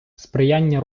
сприяння